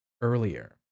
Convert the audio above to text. earlier